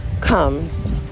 comes